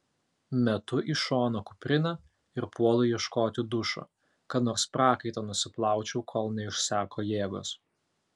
metu į šoną kuprinę ir puolu ieškoti dušo kad nors prakaitą nusiplaučiau kol neišseko jėgos